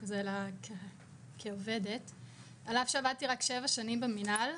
על אף שעבדתי רק שבע שנים במינהל,